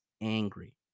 angry